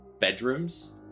bedrooms